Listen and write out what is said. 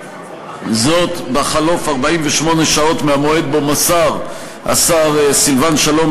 48 שעות מהמועד שבו מסר השר סילבן שלום